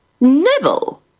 Neville